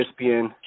ESPN